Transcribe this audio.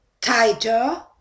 tighter